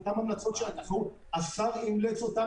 אותן המלצות --- השר אימץ אותן.